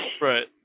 Right